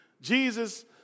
Jesus